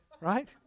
right